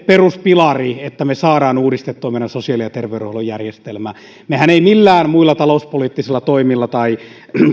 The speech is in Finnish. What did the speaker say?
peruspilari että me saamme uudistettua meidän sosiaali ja terveydenhuollon järjestelmäämme mehän emme millään muilla talouspoliittisilla toimilla tai